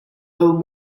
owe